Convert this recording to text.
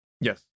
Yes